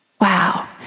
Wow